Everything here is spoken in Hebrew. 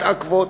מתעכבות,